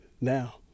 now